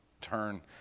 turn